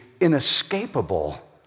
inescapable